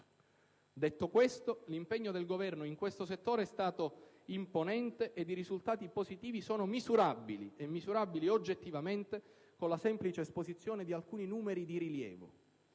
altri servizi. L'impegno del Governo in questo settore è stato imponente ed i risultati positivi sono misurabili oggettivamente con la semplice esposizione di alcuni numeri di rilievo,